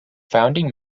founding